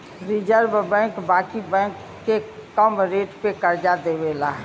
reserve bank बाकी bank के कम रेट पे करजा देवेला